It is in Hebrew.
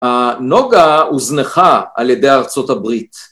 נוגה הוזנחה על ידי ארצות הברית